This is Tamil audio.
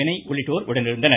வினய் உள்ளிட்டோர் உடனிருந்தனர்